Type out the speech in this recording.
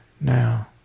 now